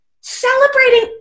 celebrating